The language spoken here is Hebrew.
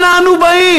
אנה אנו באים?